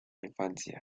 infancia